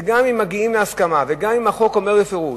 שגם אם מגיעים להסכמה, וגם אם החוק אומר בפירוש,